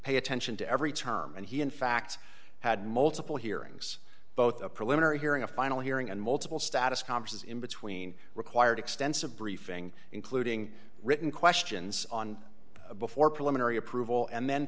pay attention to every term and he in fact had multiple hearings both a preliminary hearing a final hearing and multiple status converses in between required extensive briefing including written questions on a before preliminary approval and then